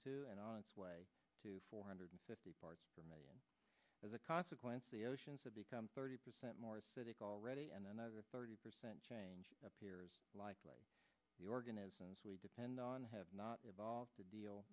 two and on its way to four hundred fifty parts per million as a consequence the oceans have become thirty percent more acidic already and another thirty percent change appears likely the organisms we depend on have not evolved to deal